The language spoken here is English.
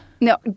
No